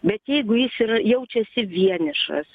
bet jeigu jis yra jaučiasi vienišas